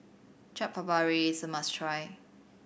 Chaat Papri is a must try